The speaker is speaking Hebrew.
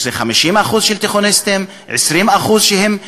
אם זה 50% של תיכוניסטים, 20% שהם השתכרו,